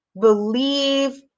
believe